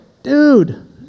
Dude